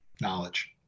knowledge